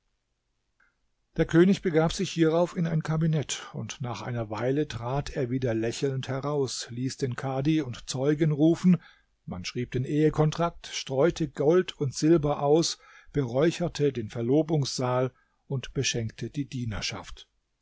der könig begab sich hierauf in ein kabinett und nach einer weile trat er wieder lächelnd heraus ließ den kadhi und zeugen rufen man schrieb den ehekontrakt streute gold und silber aus beräucherte den verlobungssaal und beschenkte die dienerschaft